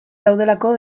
daudelako